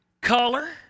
color